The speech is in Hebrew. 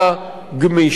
גמישה,